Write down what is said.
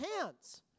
hands